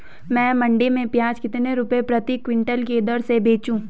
मैं मंडी में प्याज कितने रुपये प्रति क्विंटल की दर से बेचूं?